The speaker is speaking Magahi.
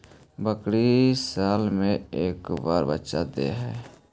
बकरी साल मे के बार बच्चा दे है?